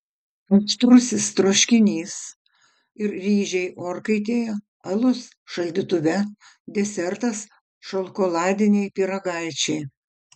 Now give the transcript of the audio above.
aštrusis troškinys ir ryžiai orkaitėje alus šaldytuve desertas šokoladiniai pyragaičiai